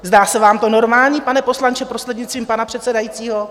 Zdá se vám to normální, pane poslanče, prostřednictvím pana předsedajícího?